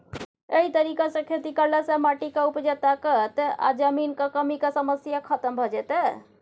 एहि तरीका सँ खेती करला सँ माटिक उपजा ताकत आ जमीनक कमीक समस्या खतम भ जेतै